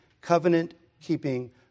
covenant-keeping